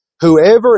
Whoever